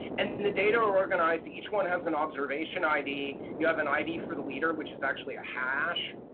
and the data are are organized each one has an observation id. you have an id for the leader which is actually a hash.